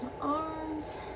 arms